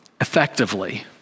effectively